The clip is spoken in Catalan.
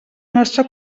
nostra